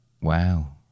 Wow